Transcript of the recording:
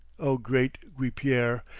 o great guipiere,